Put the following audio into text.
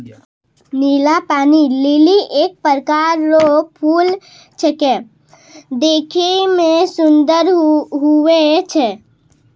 नीला पानी लीली एक प्रकार रो फूल छेकै देखै मे सुन्दर हुवै छै